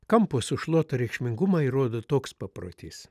kampo su sušluota reikšmingumą įrodo toks paprotys